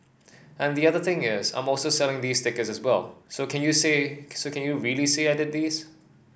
and the other thing is I'm also selling these stickers as well so can you say so can you really say I did these